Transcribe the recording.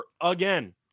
again